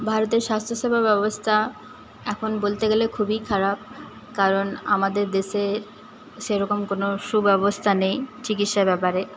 ভারতের স্বাস্থ্যসেবা ব্যবস্থা এখন বলতে গেলে খুবই খারাপ কারণ আমাদের দেশের সেরকম কোনো সুব্যবস্থা নেই চিকিৎসার ব্যাপারে